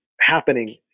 happening